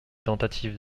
tentatives